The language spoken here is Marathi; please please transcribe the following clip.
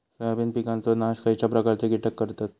सोयाबीन पिकांचो नाश खयच्या प्रकारचे कीटक करतत?